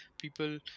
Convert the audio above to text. people